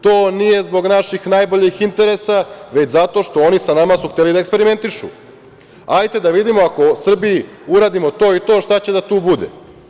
To nije zbog naših najboljih interesa, već zato što su oni sa nama hteli da eksperimentišu - hajde da vidimo, ako Srbiji uradimo to i to, šta će tu da bude.